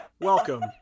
welcome